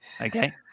okay